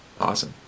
Awesome